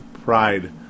pride